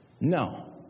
No